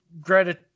greta